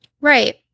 Right